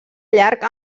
llarg